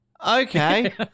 Okay